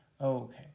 Okay